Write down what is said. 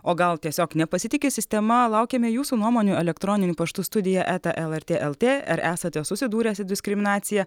o gal tiesiog nepasitiki sistema laukiame jūsų nuomonių elektroniniu paštu studija eta lrt lt ar esate susidūrę su diskriminacija